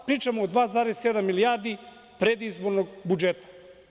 Pričamo od 2,7 milijardi predizbornog budžeta.